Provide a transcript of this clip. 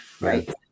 right